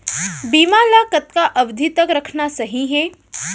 बीमा ल कतना अवधि तक रखना सही हे?